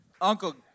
Uncle